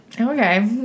Okay